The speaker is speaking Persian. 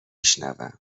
شنوم